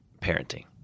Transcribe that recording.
parenting